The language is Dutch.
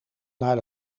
naar